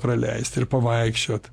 praleist ir pavaikščiot